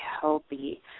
healthy